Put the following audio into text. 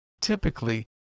Typically